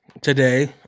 today